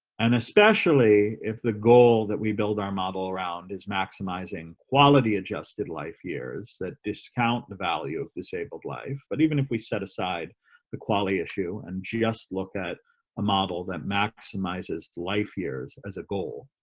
and especially if the goal that we build our model around is maximizing quality adjusted life years that discount the value of disabled life but even if we set aside the quality issue and just look at a model that maximizes life years as a goal